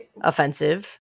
offensive